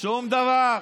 שום דבר,